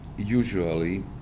Usually